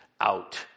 out